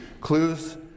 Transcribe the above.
clues